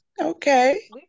Okay